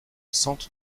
sente